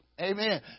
Amen